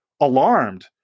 alarmed